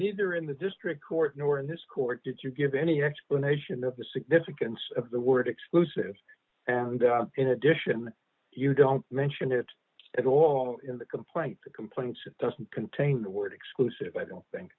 neither in the district court nor in this court did you give any explanation of the significance of the word exclusive and in addition you don't mention it at all in the complaint to complaints it doesn't contain the word exclusive i don't think